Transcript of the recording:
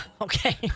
Okay